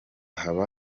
haba